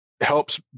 helps